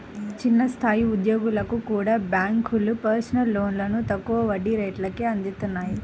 చిన్న స్థాయి ఉద్యోగులకు కూడా బ్యేంకులు పర్సనల్ లోన్లను తక్కువ వడ్డీ రేట్లకే అందిత్తన్నాయి